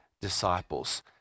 disciples